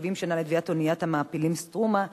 שנה לטביעת אוניית המעפילים "סטרומה",